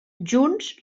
junts